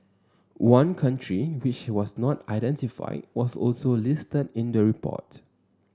one country which was not identified was also listed in the report